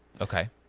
Okay